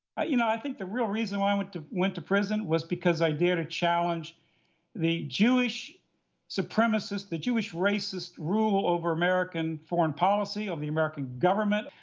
i you know i think the real reason i went to went to prison was because i dared to challenge the jewish supremacist, the jewish racist rule over american foreign policy, over the american government.